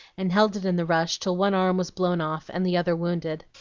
and held it in the rush till one arm was blown off and the other wounded.